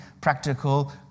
practical